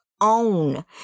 own